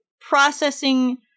processing